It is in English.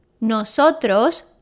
Nosotros